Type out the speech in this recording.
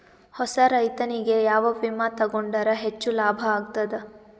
ಹೊಸಾ ರೈತನಿಗೆ ಯಾವ ವಿಮಾ ತೊಗೊಂಡರ ಹೆಚ್ಚು ಲಾಭ ಆಗತದ?